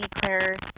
clear